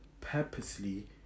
purposely